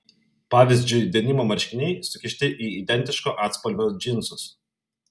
pavyzdžiui denimo marškiniai sukišti į identiško atspalvio džinsus